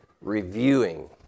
reviewing